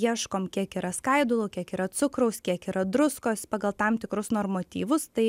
ieškom kiek yra skaidulų kiek yra cukraus kiek yra druskos pagal tam tikrus normatyvus tai